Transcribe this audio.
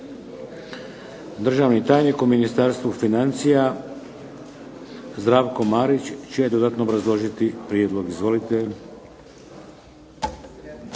Državni tajnik u Ministarstvu financija, Zdravko Marić će dodatno obrazložiti prijedlog. Izvolite.